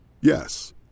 Yes